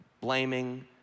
blaming